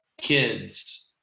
kids